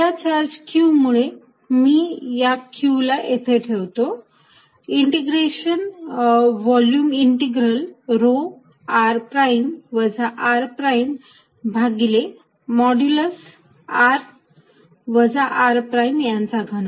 या charge q मुळे मी या q ला येथे ठेवतो integration volume integral rho r prime वजा r प्राईम भागिले मॉड्यूलस r वजा r प्राईम याचा घन